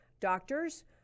doctors